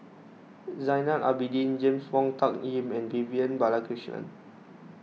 Zainal Abidin James Wong Tuck Yim and Vivian Balakrishnan